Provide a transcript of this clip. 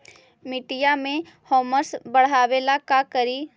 मिट्टियां में ह्यूमस बढ़ाबेला का करिए?